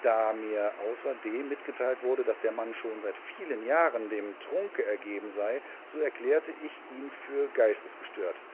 da mir außerdem mitgeteilt wurde daß der mann schon seit vielen jahren dem trunke ergeben sei so erklärte ich ihn für geistesgestört